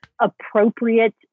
appropriate